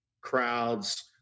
crowds